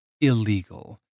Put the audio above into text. illegal